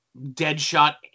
Deadshot